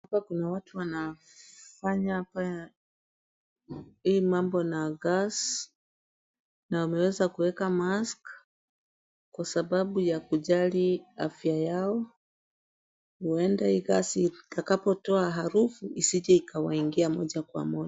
Hapa kuna watu wanafanya hii mambo na gas na wameweza kuweka mask kwa sababu ya kujali afya yao. Huenda hii gas itakapo toa harufu isije ikawaingia moja kwa moja.